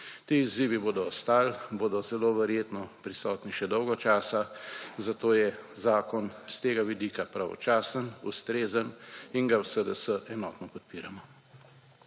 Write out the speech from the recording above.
Ti izzivi bodo ostali, bodo zelo verjetno prisotni še dolgo časa, zato je zakon iz tega vidika pravočasen, ustrezen in ga v SDS enotno podpiramo.